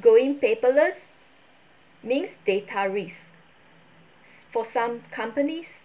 going paperless means data risks for some companies